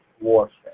warfare